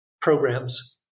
programs